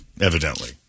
evidently